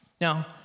Now